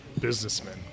businessmen